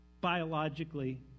biologically